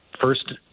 first